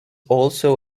also